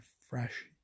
fresh